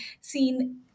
seen